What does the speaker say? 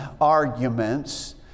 arguments